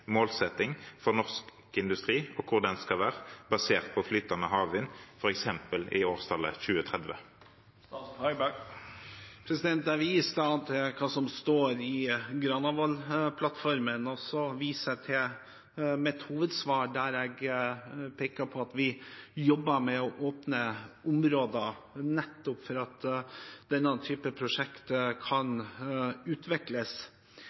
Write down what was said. målsetting for norsk industri, og hvor den skal være, basert på flytende havvind, f.eks. i årstallet 2030. Jeg viser til hva som står i Granavolden-plattformen og til mitt hovedsvar, der jeg peker på at vi jobber med å åpne områder nettopp for at denne type prosjekter kan utvikles.